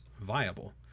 viable